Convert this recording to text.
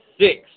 six